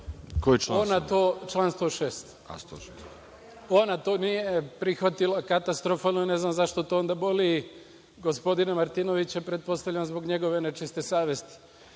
Koji član samo? **Nemanja Šarović** Član 106. Ona to nije prihvatila katastrofalno je. Ne znam zašto to onda boli gospodina Martinovića. Pretpostavljam zbog njegove nečiste savesti. Što